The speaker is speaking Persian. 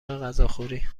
غذاخوری